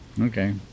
okay